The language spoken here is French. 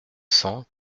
cent